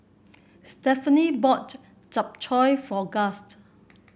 Stephanie bought Japchae for Gust